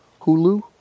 Hulu